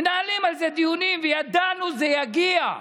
מנהלים על זה דיונים, וידענו שזה יגיע,